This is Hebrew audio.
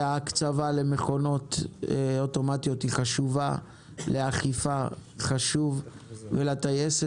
שההקצבה למכונות אוטומטיות היא חשובה לאכיפה ולטייסת